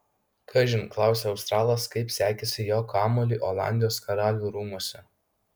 kažin klausia australas kaip sekėsi jo kamuoliui olandijos karalių rūmuose